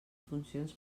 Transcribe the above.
funcions